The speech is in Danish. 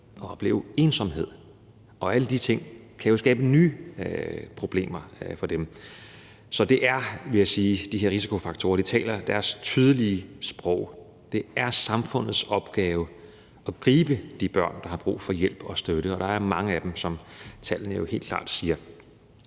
og opleve ensomhed, og alle de ting kan jo skabe nye problemer for dem. Så det er, vil jeg sige, risikofaktorer, der taler deres tydelige sprog, og det er samfundets opgave at gribe de børn, der har brug for hjælp og støtte, og der er mange af dem, som tallene jo helt klart siger.